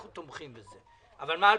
אנחנו תומכים בזה, אבל 2021?